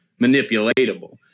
manipulatable